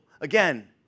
again